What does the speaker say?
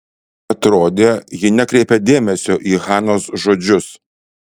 atrodė ji nekreipia dėmesio į hanos žodžius